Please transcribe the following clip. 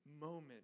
moment